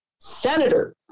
Senator